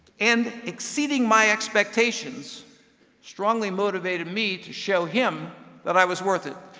and exceeding my expectations strongly motivated me to show him that i was worth it.